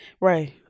Right